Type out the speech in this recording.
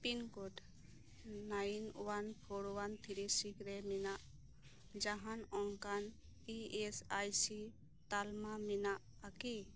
pin code nine one four one three six ᱨᱮ ᱢᱮᱱᱟᱜ ᱡᱟᱦᱟᱱ ᱚᱱᱠᱟᱱ ᱤ ᱮᱥ ᱟᱭ ᱥᱤ ᱛᱟᱞᱢᱟ ᱢᱮᱱᱟᱜᱼᱟ ᱠᱤ